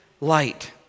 light